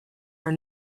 are